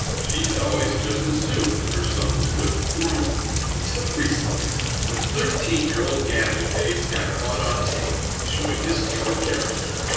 she had always just assumed her son was good. until recently when thirteen-year-old gavin maids got caught on tape showing his true character.